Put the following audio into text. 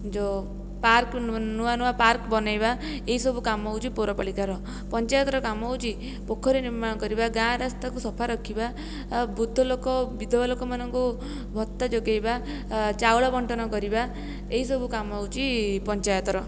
ଯେଉଁ ପାର୍କ ନୂଆ ନୂଆ ପାର୍କ ବନାଇବା ଏଇସବୁ କାମ ହେଉଛି ପୌରପାଳିକାର ପଞ୍ଚାୟତର କାମ ହେଉଛି ପୋଖରୀ ନିର୍ମାଣକରିବା ଗାଁ ରାସ୍ତାକୁ ସଫାରଖିବା ବୃଦ୍ଧଲୋକ ବିଧବାଲୋକମାନଙ୍କୁ ଭତ୍ତା ଯୋଗାଇବା ଚାଉଳ ବଣ୍ଟନ କରିବା ଏଇସବୁ କାମ ହେଉଛି ପଞ୍ଚାୟତର